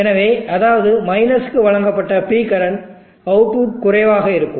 எனவே அதாவது மைனஸுக்கு வழங்கப்பட்ட P கரண்ட் அவுட்புட் குறைவாக இருக்கும்